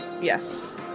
Yes